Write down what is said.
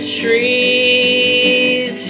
trees